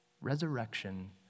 Resurrection